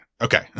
okay